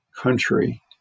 country